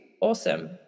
awesome